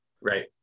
right